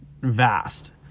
vast